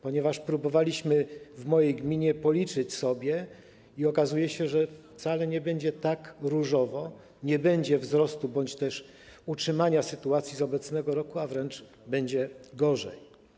Próbowaliśmy w mojej gminie policzyć to sobie i okazuje się, że wcale nie będzie tak różowo, nie będzie wzrostu bądź też utrzymania sytuacji z obecnego roku, a wręcz będzie gorzej.